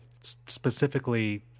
specifically